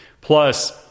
Plus